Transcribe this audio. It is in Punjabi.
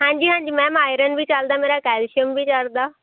ਹਾਂਜੀ ਹਾਂਜੀ ਮੈਮ ਆਇਰਨ ਵੀ ਚੱਲਦਾ ਮੇਰਾ ਕੈਲਸ਼ੀਅਮ ਵੀ ਚੱਲਦਾ